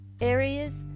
areas